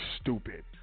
stupid